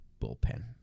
Bullpen